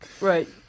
Right